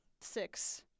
six